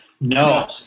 No